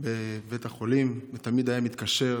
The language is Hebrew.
בבית החולים הוא תמיד היה מתקשר,